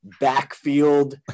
backfield